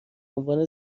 عنوان